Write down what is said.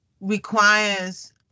requires